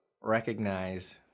recognize